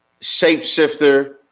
shapeshifter